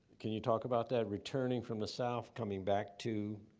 can you talk about that? returning from the south, coming back to